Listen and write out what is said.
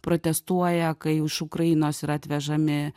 protestuoja kai iš ukrainos yra atvežami